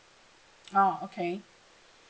oh okay